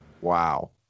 Wow